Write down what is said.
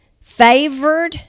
favored